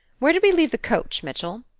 where did we leave the coach, mitchell?